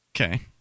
Okay